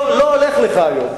לא הולך לך היום.